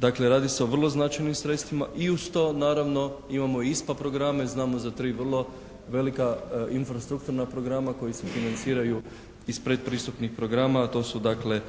Dakle radi se o vrlo značajnim sredstvima. I uz to naravno imamo i ISPA programe. Znamo za tri vrlo velika infrastrukturna programa koji se financiraju iz pretpristupnih programa a to su dakle